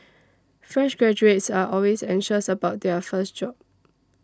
fresh graduates are always anxious about their first job